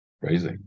crazy